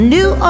New